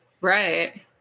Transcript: Right